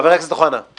חבר הכנסת אוחנה, בבקשה.